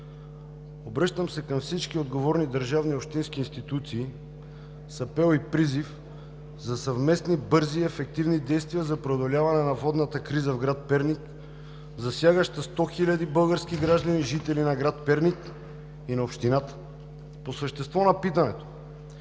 Обръщам се към всички отговорни държавни и общински институции с апел и призив за съвместни, бързи и ефективни действия за преодоляване на водната криза в град Перник, засягаща 100 хиляди български граждани – жители на град Перник и на общината. По същество на питането